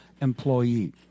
employee